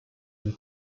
une